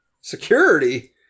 Security